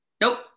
Nope